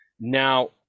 now